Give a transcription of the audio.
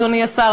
אדוני השר,